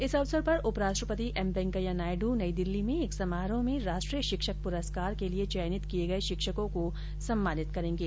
इस अवसर पर उपराष्ट्रपति एम वैंकेया नायड् नई दिल्ली में एक समारोह में राष्ट्रीय शिक्षक प्रस्कार के लिये चयनित किये गये शिक्षकों को सम्मानित करेंगे